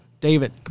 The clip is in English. David